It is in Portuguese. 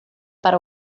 para